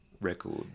record